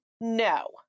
no